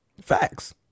Facts